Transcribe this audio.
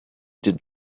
did